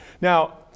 Now